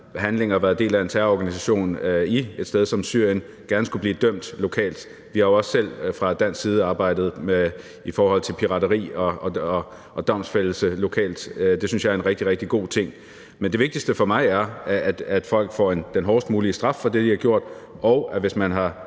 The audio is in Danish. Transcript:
handlinger og har været en del af en terrororganisation et sted som Syrien, gerne skulle blive dømt lokalt. Vi har jo også selv fra dansk side i forhold til pirateri arbejdet for domfældelse lokalt, og det synes jeg er en rigtig, rigtig god ting. Men det vigtigste for mig er, at folk får den hårdest mulige straf for det, de har gjort, og at man, hvis man har